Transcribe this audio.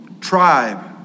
tribe